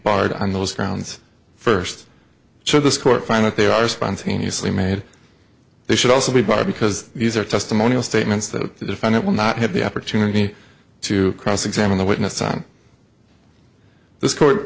barred on those grounds first should this court find that they are spontaneously made they should also be bar because these are testimonial statements that the defendant will not have the opportunity to cross examine the witness on this court